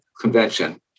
convention